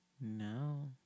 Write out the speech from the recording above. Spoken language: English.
No